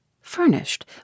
Furnished